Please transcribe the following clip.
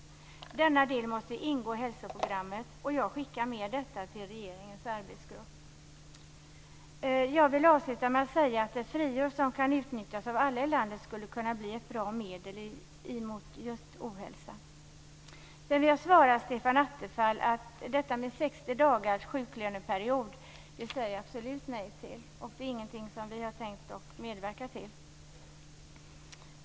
Denna del måste ingå i hälsoprogrammet. Jag skickar med detta till regeringens arbetsgrupp. Jag vill avsluta med att säga att ett friår som kan utnyttjas av alla i landet skulle kunna bli ett bra medel just mot ohälsa. Stefan Attefall, detta med 60 dagars sjuklöneperiod säger vi absolut nej till. Det är inte något som vi har tänkt medverka till.